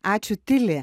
ačiū tili